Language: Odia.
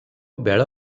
ବେଳ